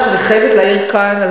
והערה אחרונה שאני חייבת להעיר כאן,